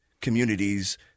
communities